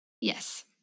Yes